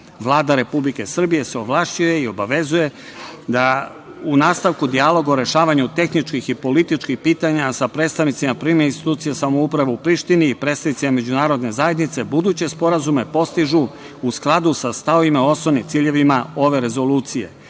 Vlada Republike Srbije se ovlašćuje i obavezuje da u nastavku dijaloga o rešavanju tehničkih i političkih pitanja sa predstavnicima privremenih institucija samouprave u Prištini i predstavnicima međunarodne zajednice, buduće sporazume postižu u skladu sa stavovima, osnovnim ciljevima ove rezolucije,